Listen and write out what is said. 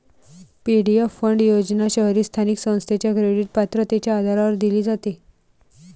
PFD fund योजना शहरी स्थानिक संस्थेच्या क्रेडिट पात्रतेच्या आधारावर दिली जाते